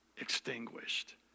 extinguished